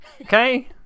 Okay